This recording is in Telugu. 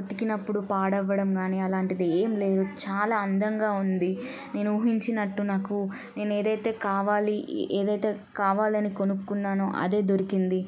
ఉతికినప్పుడు పాడవ్వడం కానీ అలాంటిదేం లేదు చాలా అందంగా ఉంది నేను ఊహించినట్టు నాకు నేను ఏదైతే కావాలి ఏదైతే కావాలని కొనుక్కున్నానో అదే దొరికింది